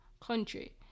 country